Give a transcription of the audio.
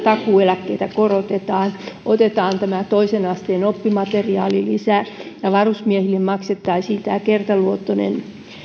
takuueläkkeitä korotetaan otetaan toisen asteen oppimateriaalilisä ja varusmiehille maksettaisiin kertaluontoinen